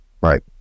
Right